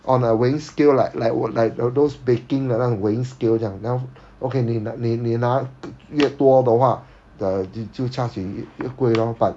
on a weighing scale like like 我 like those baking 的那种 weighing scale 这样然后 okay 你你你拿越多的话 uh 就就 charge 你越贵 lor but